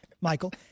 Michael